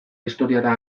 historiara